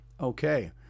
Okay